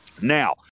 Now